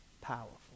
powerful